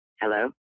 Hello